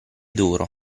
d’oro